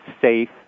safe